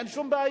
אין שום בעיה,